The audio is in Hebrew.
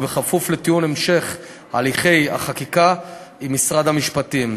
ובכפוף לתיאום המשך הליכי החקיקה עם משרד המשפטים.